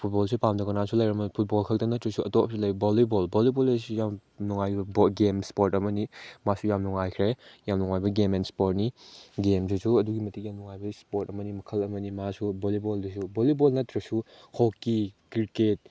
ꯐꯨꯠꯕꯣꯜꯁꯦ ꯄꯥꯝꯗꯕ ꯀꯅꯥꯁꯨ ꯂꯩꯔꯝꯃꯣꯏ ꯐꯨꯠꯕꯣꯜ ꯈꯛꯇ ꯅꯠꯇ꯭ꯔꯁꯨ ꯑꯇꯣꯞꯄꯁꯨ ꯂꯩ ꯕꯣꯜꯂꯤꯕꯣꯜ ꯕꯣꯜꯂꯤꯕꯣꯜ ꯍꯥꯏꯁꯤꯁꯨ ꯌꯥꯝ ꯅꯨꯡꯉꯥꯏꯕ ꯒꯦꯝꯁ ꯏꯁꯄꯣꯔꯠ ꯑꯃꯅꯤ ꯃꯥꯁꯨ ꯌꯥꯝ ꯅꯨꯡꯉꯥꯏꯈ꯭ꯔꯦ ꯌꯥꯝ ꯅꯨꯡꯉꯥꯏꯕ ꯒꯦꯝ ꯑꯦꯟ ꯏꯁꯄꯣꯔꯠꯅꯤ ꯒꯦꯝꯁꯤꯁꯨ ꯑꯗꯨꯛꯀꯤ ꯃꯇꯤꯛ ꯌꯥꯝ ꯅꯨꯡꯉꯥꯏꯕ ꯏꯁꯄꯣꯔꯠ ꯑꯃꯅꯤ ꯃꯈꯜ ꯑꯃꯅꯤ ꯃꯥꯁꯨ ꯕꯣꯜꯂꯤꯕꯣꯜꯗꯨꯁꯨ ꯕꯣꯜꯂꯤꯕꯣꯜ ꯅꯠꯇ꯭ꯔꯁꯨ ꯍꯣꯛꯀꯤ ꯀ꯭ꯔꯤꯛꯀꯦꯠ